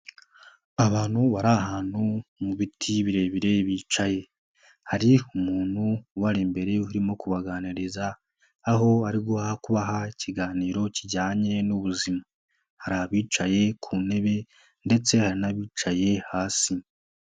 Abantu bari ahantu mu biti birebire bicaye, hari umuntu ubare imbere urimo kubaganiriza aho ari kubaha ikiganiro kijyanye n'ubuzima, hari abicaye ku ntebe ndetse hari n'abicaye hasi.